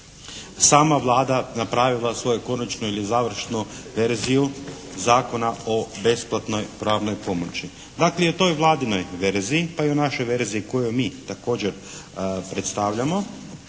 sama Vlada napravila svoju konačnu ili završnu verziju Zakona o besplatnoj pravnoj pomoći. Dakle i u toj vladinoj verziji pa i u našoj verziji koju mi također predstavljamo,